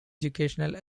educational